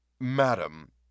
Madam